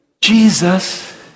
Jesus